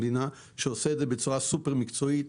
שעושה את זה בצורה סופר מקצועית.